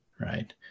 right